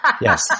Yes